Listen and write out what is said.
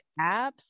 apps